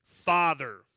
Father